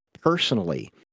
personally